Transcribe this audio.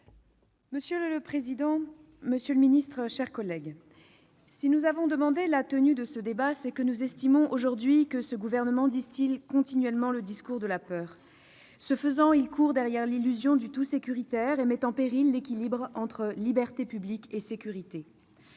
Monsieur le président, monsieur le ministre, chers collègues, si nous avons demandé la tenue de ce débat, c'est parce que nous estimons que le Gouvernement distille continuellement le discours de la peur. Ce faisant, il court derrière l'illusion du tout-sécuritaire et met en péril l'équilibre entre libertés publiques et sécurité.